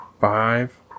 five